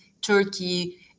Turkey